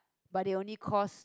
but they only cost